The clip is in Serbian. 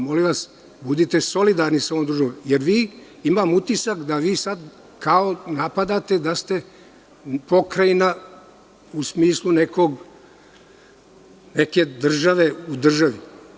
Molim vas, budite solidarni sa ovom državom, jer vi, imam utisak, da sada napadate kao da ste pokrajina u smislu neke države u državi.